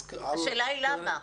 השאלה היא למה?